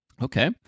Okay